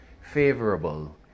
favorable